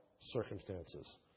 circumstances